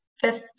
fifth